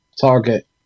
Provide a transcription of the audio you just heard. target